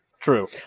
True